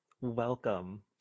welcome